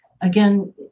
again